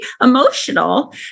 emotional